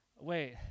Wait